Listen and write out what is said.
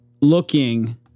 looking